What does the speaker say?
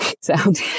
sound